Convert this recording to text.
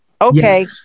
Okay